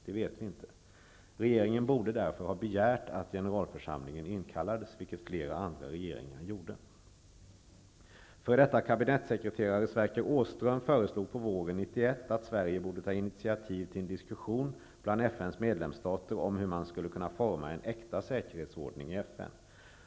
Det vet vi inte. Regeringen borde därför ha begärt att generalförsamlingen inkallades, vilket flera andra regeringar gjorde. F.d. kabinettssekreterare Sverker Åström föreslog på våren 1991 att Sverige borde ta initiativ till en diskussion bland FN:s medlemsstater om hur man skulle kunna forma en ''äkta säkerhetsordning'' i FN.